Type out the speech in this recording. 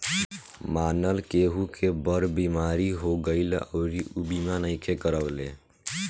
मानल केहु के बड़ बीमारी हो गईल अउरी ऊ बीमा नइखे करवले